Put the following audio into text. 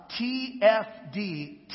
TFD